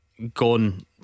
Gone